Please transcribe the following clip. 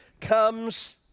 comes